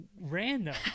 random